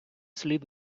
слід